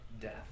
death